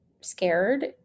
scared